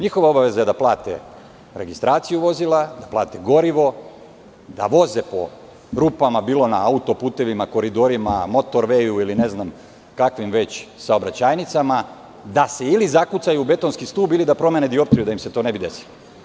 Njihova obaveza je da plate registraciju vozila, da plate gorivo, da voze po rupama, bilo na auto-putevima, koridorima, motor-veju ili ne znam kakvim saobraćajnicama, da se ili zakucaju u betonski stud ili da promene dioptriju da im se to ne bi desilo.